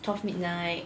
twelve midnight